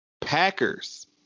Packers